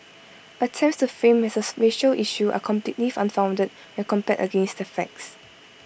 attempts to frame as A issue are completely unfounded when compared against the facts